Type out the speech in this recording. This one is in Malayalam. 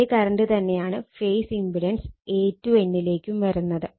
ഇതേ കറണ്ട് തന്നെയാണ് phase impedance A to N ലേക്കും വരുന്നത്